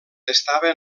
estava